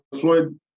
Floyd